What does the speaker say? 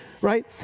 right